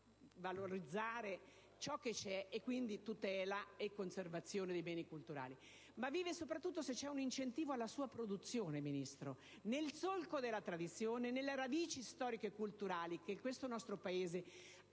a valorizzare ciò che c'è, e quindi tutela e conservazione dei beni culturali, ma vive soprattutto se c'è un incentivo alla sua produzione, Ministro, nel solco della tradizione, delle radici storico-culturali che questo nostro Paese ha